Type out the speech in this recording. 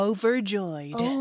Overjoyed